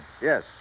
Yes